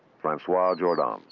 francois jordan.